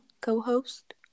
co-host